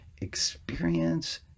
experience